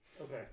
Okay